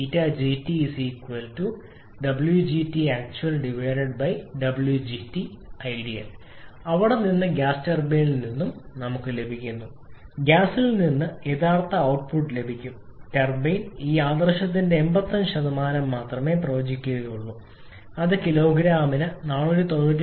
𝜂𝐺𝑇 𝑊𝐺𝑇𝑎𝑐𝑡𝑢𝑎𝑙 𝑊𝐺𝑇𝑖𝑑𝑒𝑎𝑙 അവിടെ നിന്ന് ഗ്യാസ് ടർബൈനിൽ നിന്ന് ലഭിക്കുന്നു ഗ്യാസിൽ നിന്ന് യഥാർത്ഥ ഔട്ട്പുട്ട് ലഭിക്കും ടർബൈൻ ഈ ആദർശത്തിന്റെ 85 മാത്രമേ പ്രവചിക്കുകയുള്ളൂ അത് കിലോഗ്രാമിന് 497